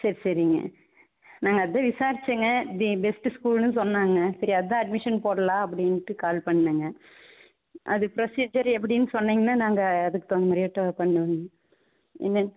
சரி சரிங்க நாங்கள் வந்து விசாரித்தேங்க தி பெஸ்ட் ஸ்கூல்னு சொன்னாங்க சரி அதுதான் அட்மிஷன் போடலாம் அப்படின்ட்டு கால் பண்ணிணேன்ங்க அது ப்ரோஸிஜர் எப்படின்னு சொன்னீங்ன்னால் நாங்கள் அதுக்கு தகுந்த மாதிரியாட்டும் பண்ணுவோங்க ம்